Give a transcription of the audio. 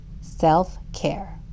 Self-care